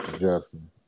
Justin